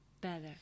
better